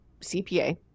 cpa